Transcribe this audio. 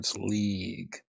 League